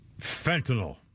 Fentanyl